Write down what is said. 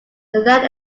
land